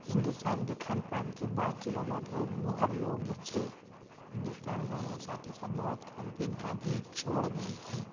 ہندوستان کے کھان پان کی بات ہی الگ ہے مغل لوگ جب سے ہندوستان گئے ہیں ساتھ ہی ساتھ بہت کھان پین کا بھی چھوڑ گئے ہیں